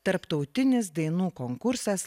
tarptautinis dainų konkursas